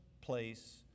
place